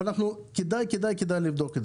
כדאי מאוד לבדוק את זה.